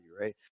right